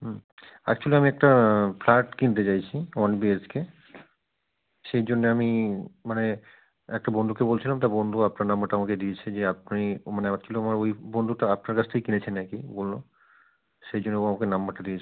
হুম actually আমি একটা flat কিনতে চাইছি ওয়ান বিএইচকে সেই জন্যে আমি মানে একটা বন্ধুকে বলছিলাম তা বন্ধু আপনার নাম্বারটা আমাকে দিয়েছে যে আপনি মানে আমার ওই বন্ধুটা আপনার কাছ থেকে কিনেছে নাকি বলল সেই জন্যে ও আমাকে নাম্বারটা দিয়েছে